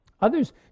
Others